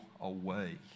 away